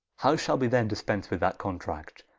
how shall we then dispense with that contract,